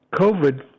COVID